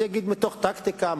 אז יגיד מתוך טקטיקה,